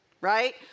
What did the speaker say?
right